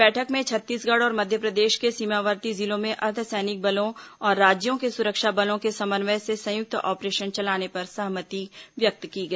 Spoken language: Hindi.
बैठक में छत्तीसगढ़ और मध्यप्रदेश के सीमावर्ती जिलों में अर्द्वसैनिक बलों और राज्यों के सुरक्षा बलों के समन्वय से संयुक्त ऑपरेशन चलाने पर सहमति व्यक्त की गई